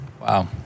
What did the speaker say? Wow